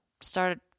started